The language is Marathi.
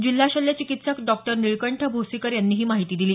जिल्हा शल्य चिकित्सक डॉक्टर निळकंठ भोसीकर यांनी ही माहिती दिली